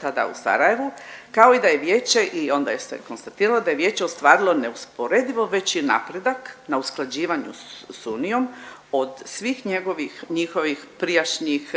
tada u Sarajevu kao i da je vijeće i onda je se konstatiralo da je vijeće ostvarilo neusporedivo veći napredak na usklađivanju s unijom od svih njegovih, njihovih prijašnjih